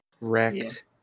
wrecked